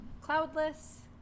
cloudless